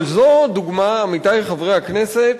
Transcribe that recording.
אבל זו דוגמה, עמיתי חברי הכנסת,